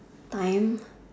time